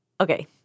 Okay